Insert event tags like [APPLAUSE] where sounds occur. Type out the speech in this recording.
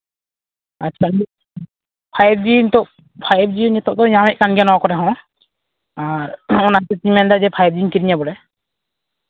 ᱟᱪᱪᱷᱟ [UNINTELLIGIBLE] five G ᱱᱤᱛᱳᱜ five G ᱱᱤᱛᱚᱜ ᱠᱚ ᱧᱟᱢᱮᱫ ᱠᱟᱱ ᱜᱮᱭᱟ ᱱᱚᱣᱟ ᱠᱚᱨᱮ ᱦᱚᱸ ᱟᱨ ᱚᱱᱟ ᱠᱷᱟᱹᱛᱤᱨ ᱛᱤᱧ ᱢᱮᱱ ᱮᱫᱟ ᱡᱮ ᱯᱷᱟᱭᱤᱵᱷ ᱡᱤᱧ ᱠᱤᱨᱤᱧᱟ ᱵᱚᱞᱮ